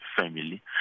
family